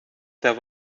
there